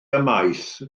ymaith